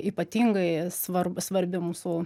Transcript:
ypatingai svarb svarbi mūsų